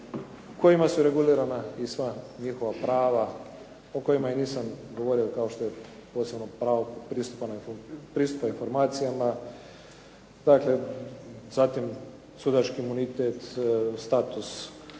kojima su regulirana i sva njihova prava, o kojima i nisam govorio kao što je posebno pravo pristupa informacijama, dakle zatim sudački imunitet, status državnog